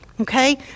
okay